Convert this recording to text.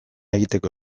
egiteko